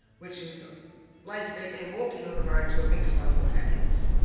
which is lase beak man walking on a road to a big sign called happiness,